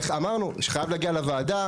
אמרנו שזה חייב להגיע לוועדה,